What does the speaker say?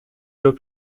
doit